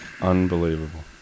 Unbelievable